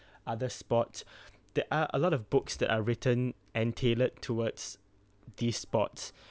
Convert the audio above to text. other sports there are a lot of books that are written and tailored towards these sports